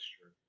true